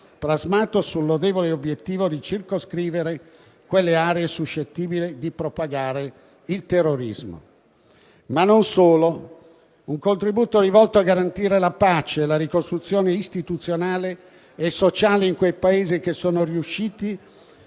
plasmato sul lodevole obiettivo di circoscrivere quelle aree suscettibili di propagare il terrorismo. Si tratta anche di un contributo volto a garantire la pace, la ricostruzione istituzionale e sociale in quei Paesi che sono riusciti,